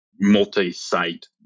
multi-site